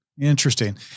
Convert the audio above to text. Interesting